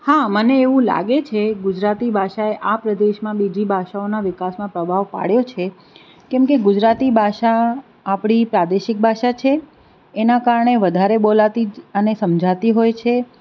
હા મને એવું લાગે છે ગુજરાતી ભાષાએ આ પ્રદેશમાં બીજી ભાષાઓના વિકાસમાં પ્રભાવ પાડ્યો છે કેમ કે ગુજરાતી ભાષા આપણી પ્રાદેશિક ભાષા છે એના કારણે વધારે બોલાતી અને સમજાતી હોય છે